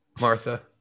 Martha